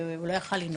והוא לא יכול היה לנהוג.